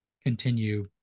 Continue